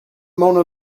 mona